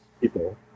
people